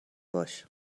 باش